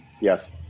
yes